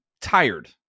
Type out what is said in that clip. tired